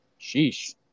Sheesh